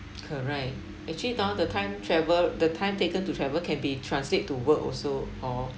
correct actually now the time travel the time taken to travel can be translate to work also hor